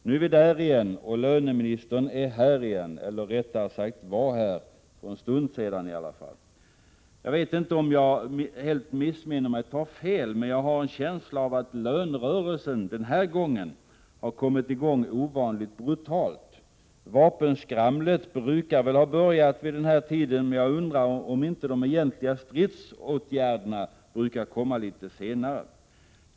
Nu är vi där igen och löneministern är här igen — eller rättare sagt var här för en stund sedan. Jag vet inte om jag helt missminner mig, men jag har en känsla av att lönerörelsen den här gången kommit i gång ovanligt brutalt. Vapenskramlet brukar väl ha börjat vid den här tiden, men jag undrar om inte de egentliga stridsåtgärderna brukar komma litet senare.